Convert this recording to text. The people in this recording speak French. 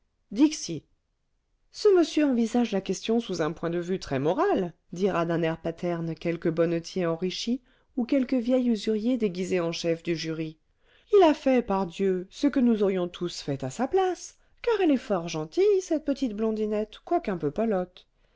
dixi ce monsieur envisage la question sous un point de vue très moral dira d'un air paterne quelque bonnetier enrichi ou quelque vieil usurier déguisé en chef du jury il a fait pardieu ce que nous aurions tous fait à sa place car elle est fort gentille cette petite blondinette quoiqu'un peu pâlotte